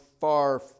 far